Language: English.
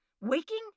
Waking